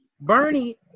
Bernie